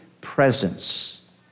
presence